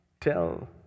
tell